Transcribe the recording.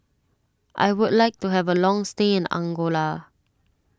I would like to have a long stay in Angola